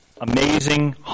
amazing